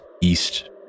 east